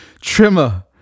trimmer